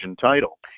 title